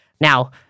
Now